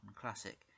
classic